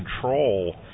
control